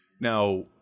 Now